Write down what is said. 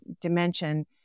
dimension